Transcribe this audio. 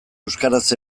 euskaraz